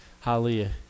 Hallelujah